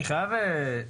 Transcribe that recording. אני חייב לשאול,